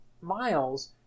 miles